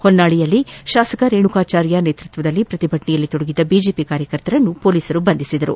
ಹೊನ್ನಾಳಿಯಲ್ಲಿ ಶಾಸಕ ರೇಣುಕಾಚಾರ್ಯ ನೇತೃತ್ವದಲ್ಲಿ ಪ್ರತಿಭಟನೆಯಲ್ಲಿ ತೊಡಗಿದ್ದ ಬಿಜೆಪಿ ಕಾರ್ಯಕರ್ತರನ್ನು ಹೊಲೀಸರು ಬಂಧಿಸಿದರು